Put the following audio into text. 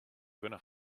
dhuine